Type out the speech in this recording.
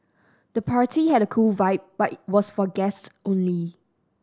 the party had a cool vibe but was for guests only